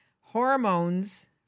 hormones